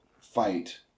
fight